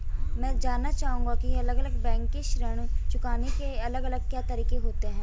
मैं जानना चाहूंगा की अलग अलग बैंक के ऋण चुकाने के अलग अलग क्या तरीके होते हैं?